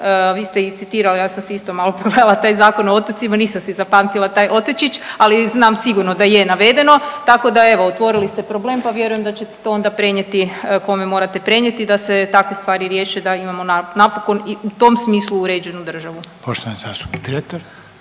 vi ste i citirali. Ja sam si isto malo …/Govornica se ne razumije./… taj Zakon o otocima. Nisam si zapamtila taj otočić, ali znam sigurno da je navedeno tako da evo otvorili ste problem, pa vjerujem da ćete to onda prenijeti kome morate prenijeti da se takve stvari riješe da imamo napokon i u tom smislu uređenu državu. **Reiner,